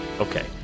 Okay